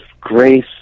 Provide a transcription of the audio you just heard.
grace